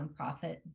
nonprofit